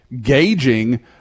gauging